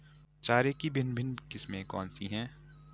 चारे की भिन्न भिन्न किस्में कौन सी हैं?